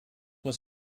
was